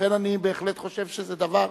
לכן אני בהחלט חושב שזה דבר,